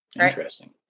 Interesting